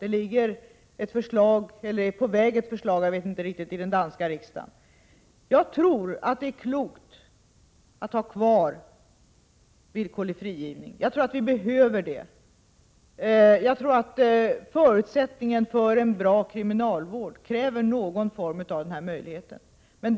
Det ligger ett förslag — eller är på väg, jag vet inte riktigt — i den danska riksdagen. Jag tror att det är klokt att ha kvar villkorlig frigivning, jag tror att vi behöver den. Enligt min mening kräver en bra kriminalvård den här möjligheten i någon form.